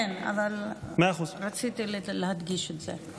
כן, רציתי להדגיש את זה.